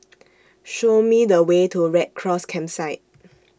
Show Me The Way to Red Cross Campsite